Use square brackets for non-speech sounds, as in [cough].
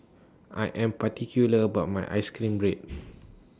I Am particular about My Ice Cream Bread [noise]